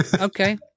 okay